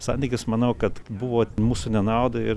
santykis manau kad buvo mūsų nenaudai ir